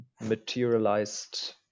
materialized